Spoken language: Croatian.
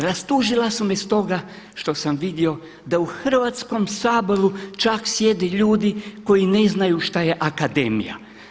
Rastužila su me stoga što sam vidio da u Hrvatskom saboru čak sjede ljudi koji ne znaju što je akademija.